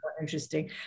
interesting